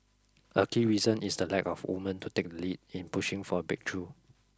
a key reason is the lack of women to take the lead in pushing for a breakthrough